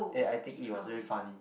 eh I think it was very funny